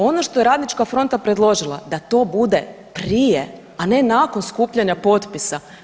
Ono što je Radnička fronta predložila, da to bude prije, a ne nakon skupljanja potpisa.